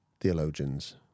theologians